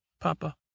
Papa